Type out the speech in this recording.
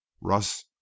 russ